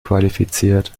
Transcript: qualifiziert